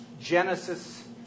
Genesis